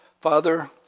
Father